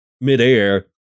midair